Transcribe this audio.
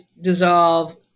dissolve